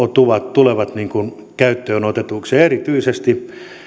tulevat käyttöön otetuiksi ja erityisesti